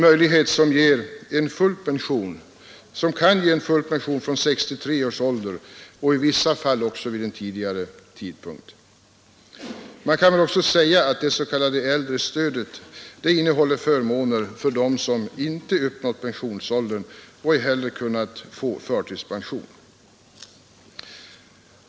Härigenom finns möjlighet att få full pension från 63 års ålder och i vissa fall också vid en tidigare tidpunkt. Man kan också säga att det s.k. äldrestödet innebär förmåner för dem som inte uppnått pensionsåldern och inte heller kunnat få förtidspension.